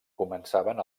començaven